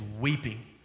weeping